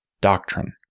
doctrine